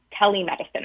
telemedicine